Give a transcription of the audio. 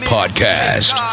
Podcast